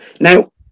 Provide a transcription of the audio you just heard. Now